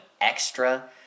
extra